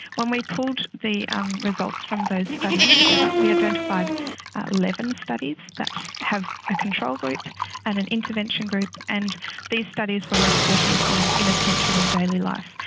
when we pulled the um results from those studies together we identified eleven and studies that have a control group and an intervention group, and these studies were reporting on inattention in daily life.